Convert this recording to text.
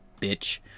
bitch